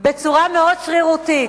בצורה מאוד שרירותית,